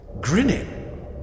grinning